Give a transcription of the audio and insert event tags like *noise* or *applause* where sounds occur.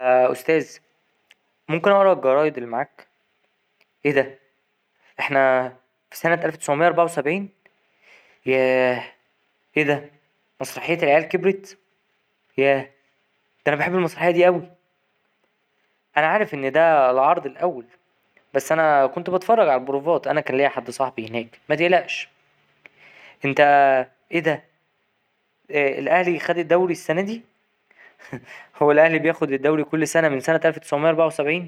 يا أستاذ ممكن أقرا الجرايد اللي معاك، ايه ده احنا في سنة ألف تسعمية أربعة وسبعين؟ ياه ايه ده مسرحية العيال كبرت ياه دا أنا بحب المسرحية دي أوي أنا عارف إن ده العرض الأول بس أنا كنت بتفرج على البروڤات أنا كان ليا حد صاحبي هناك متقلقش، أنت ايه ده الأهلي خد الدوري السنادي؟ *laughs* هو الأهلي بياخد الدوري كل سنة من سنة ألف تسعمية أربعة وسبعين.